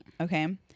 Okay